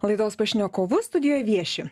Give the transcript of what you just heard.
laidos pašnekovus studijoj vieši